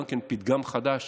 גם כן פתגם חדש